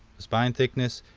the spine thickness,